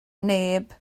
neb